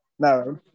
No